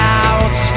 out